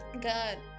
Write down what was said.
God